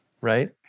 right